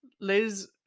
Liz